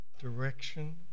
direction